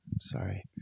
Sorry